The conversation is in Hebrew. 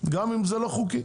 גם אם זה לא חוקי.